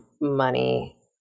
money